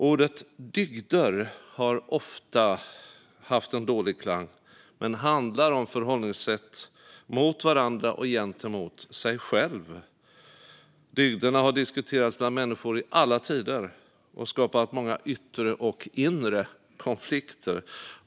Ordet dygder har ofta haft en dålig klang men handlar om förhållningssätt mot varandra och gentemot sig själv. Dygderna har diskuterats bland människor i alla tider och skapat många yttre och inre konflikter.